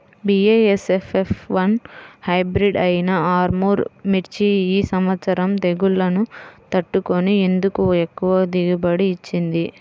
BASF F one hybrid అయినా ఆర్ముర్ మిర్చి ఈ సంవత్సరం తెగుళ్లును తట్టుకొని ఎందుకు ఎక్కువ దిగుబడి ఇచ్చింది?